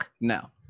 No